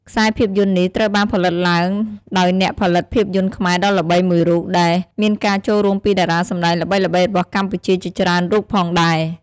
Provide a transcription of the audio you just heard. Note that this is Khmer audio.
ខ្សែភាពយន្តនេះត្រូវបានផលិតឡើងដោយអ្នកផលិតភាពយន្តខ្មែរដ៏ល្បីមួយរូប ដែលមានការចូលរួមពីតារាសម្តែងល្បីៗរបស់កម្ពុជាជាច្រើនរូបផងដែរ ។